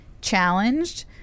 challenged –